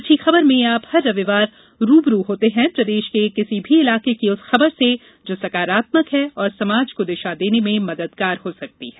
अच्छी खबर में आप हर रविवार रू ब रू होते हैं प्रदेश के किसी भी इलाके की उस खबर से जो सकारात्मक है और समाज को दिशा देने में मददगार हो सकती है